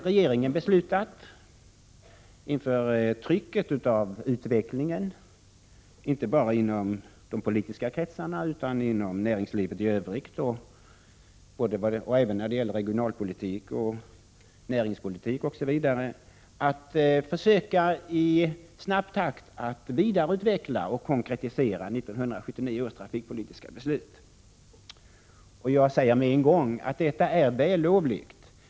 Regeringen har nu beslutat — på grund av utvecklingen när det gäller regionalpolitik och näringspolitik liksom på grund av trycket från inte bara de politiska partierna utan också näringslivet — att försöka i snabb takt vidareutveckla och konkretisera 1979 års trafikpolitiska beslut. Jag vill med en gång säga, att detta är vällovligt.